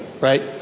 right